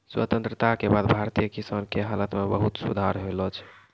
स्वतंत्रता के बाद भारतीय किसान के हालत मॅ बहुत सुधार होलो छै